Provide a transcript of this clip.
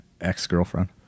ex-girlfriend